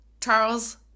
Charles